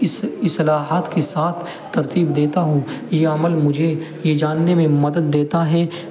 اس اصطلاحات کے ساتھ ترتیب دیتا ہوں یہ عمل مجھے یہ جاننے میں مدد دیتا ہے